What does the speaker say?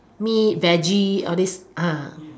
meat veggie all this uh